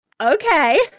Okay